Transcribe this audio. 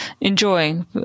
enjoying